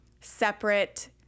separate